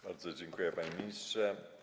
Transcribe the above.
Bardzo dziękuję, panie ministrze.